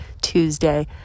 Tuesday